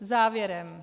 Závěrem.